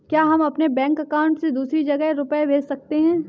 क्या हम अपने बैंक अकाउंट से दूसरी जगह रुपये भेज सकते हैं?